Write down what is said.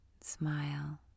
smile